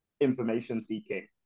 information-seeking